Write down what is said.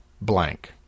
blank